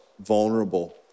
vulnerable